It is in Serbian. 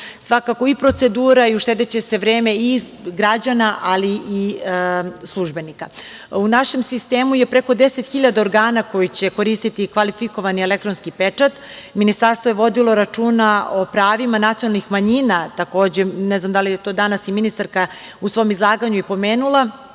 svakako i procedura i uštedeće se vreme i građana, ali i službenika.U našem sistemu je preko 10.000 organa koji će koristiti kvalifikovani elektronski pečat. Ministarstvo je vodilo računa o pravima nacionalnih manjina takođe, ne znam da li je to danas i ministarka u svom izlaganju pomenula,